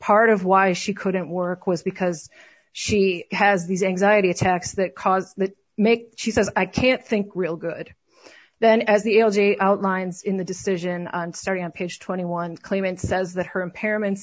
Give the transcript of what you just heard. part of why she couldn't work was because she has these anxiety attacks that cause that make she says i can't think real good then as the l g a outlines in the decision on starting on page twenty one claimant says that her impairment